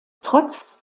trotz